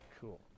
Cool